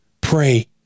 pray